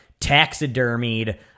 taxidermied